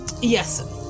Yes